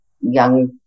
young